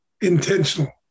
Intentional